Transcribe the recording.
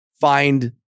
find